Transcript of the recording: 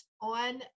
on